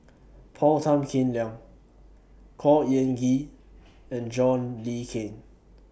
Paul Tan Kim Liang Khor Ean Ghee and John Le Cain